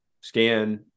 scan